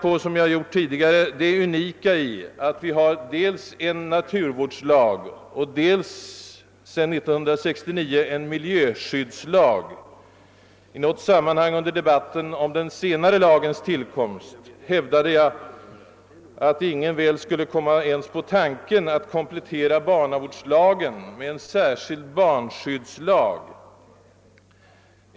Som jag tidigare gjort vill jag också nu peka på det rätt unika att vi har både en naturvårdslag och sedan 1969 en miljöskyddslag. I något sammanhang under debatten om den senare lagens tillkomst hävdade jag, att ingen väl ens skulle komma på tanken att komplettera barnavårdslagen med en särskild barnskyddslag.